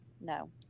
No